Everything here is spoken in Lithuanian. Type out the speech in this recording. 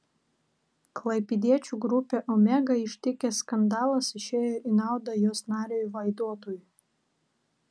klaipėdiečių grupę omega ištikęs skandalas išėjo į naudą jos nariui vaidotui